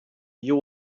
you